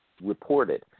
reported